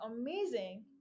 amazing